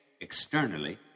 externally